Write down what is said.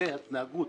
דפוסי ההתנהגות